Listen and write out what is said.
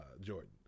Jordan